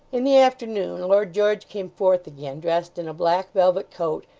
in the afternoon lord george came forth again, dressed in a black velvet coat,